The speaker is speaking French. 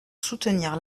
soutenir